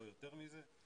לא יותר מזה.